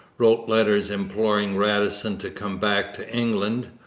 wrote letters imploring radisson to come back to england,